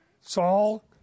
Saul